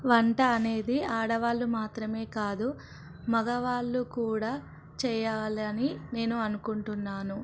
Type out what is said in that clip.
వంట అనేది ఆడవాళ్లు మాత్రమే కాదు మగవాళ్ళు కూడా చేయాలని నేను అనుకుంటున్నాను